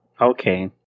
Okay